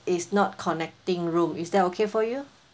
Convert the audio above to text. it's not connecting room is that okay for you